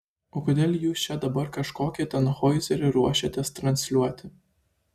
o kodėl jūs čia dabar kažkokį tanhoizerį ruošiatės transliuoti